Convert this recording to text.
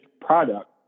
product